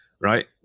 right